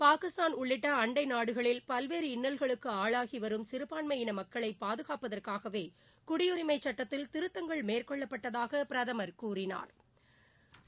பாகிஸ்தான் உள்ளிட்ட அண்டை நாடுகளில் பல்வேறு இன்னல்களுக்கு ஆளாகி வரும் சிறபான்மை இன மக்களை பாதுகாப்பதற்காகவே குடியுரிமைச் சட்டத்தில் திருத்தங்கள் மேற்கொள்ளப்பட்டதாக பிரதமா் கூறினாள்